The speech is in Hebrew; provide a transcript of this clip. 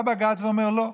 בא בג"ץ ואומר: לא.